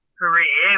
career